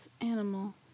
Animal